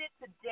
today